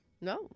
No